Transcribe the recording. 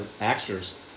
actors